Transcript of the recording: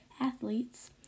athletes